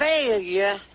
Failure